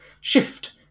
shift